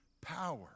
power